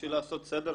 בשביל לעשות סדר,